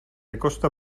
acosta